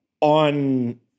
on